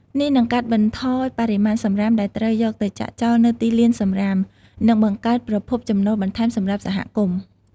នេះនឹងកាត់បន្ថយបរិមាណសំរាមដែលត្រូវយកទៅចាក់ចោលនៅទីលានសំរាម និងបង្កើតប្រភពចំណូលបន្ថែមសម្រាប់សហគមន៍។